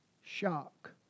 shock